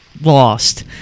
lost